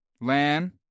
Lan